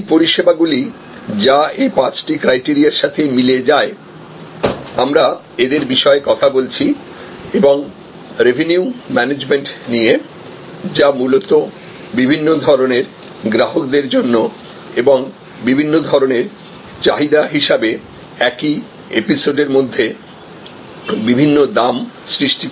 এই পরিষেবাগুলি যা এই পাঁচটি ক্রাইটেরিয়ার সাথে মিলে যায় আমরা এদের বিষয়ে কথা বলছি এবং রেভিনিউ ম্যানেজমেন্ট নিয়ে যা মূলত বিভিন্ন ধরণের গ্রাহকদের জন্য এবং বিভিন্ন ধরণের চাহিদা হিসাবে একই এপিসোড এর মধ্যে বিভিন্ন দাম সৃষ্টি করে থাকে